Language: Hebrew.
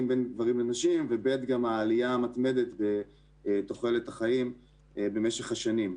וגם העלייה המתמדת בתוחלת החיים במשך השנים.